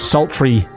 Sultry